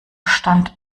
stand